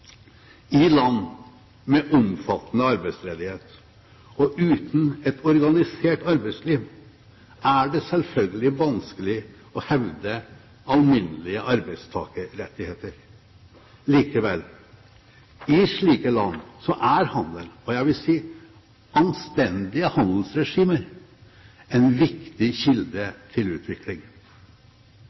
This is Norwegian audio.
I land med omfattende arbeidsledighet og uten et organisert arbeidsliv er det selvfølgelig vanskelig å hevde alminnelige arbeidstakerrettigheter. Likevel – i slike land er handel, og jeg vil si anstendige handelsregimer, en viktig kilde til utvikling.